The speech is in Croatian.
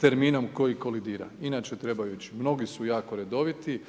terminom koji kolidira, inače trebaju ići. Mnogi su jako redoviti,